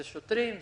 זה השוטרים,